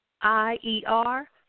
I-E-R